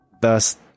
thus